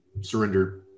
Surrender